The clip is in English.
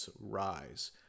rise